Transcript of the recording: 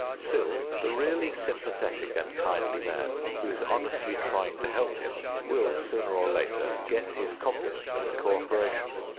still the really sympathetic and kindly man who is honestly trying to help him will sooner or later get his confidence and cooperation.